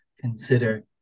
consider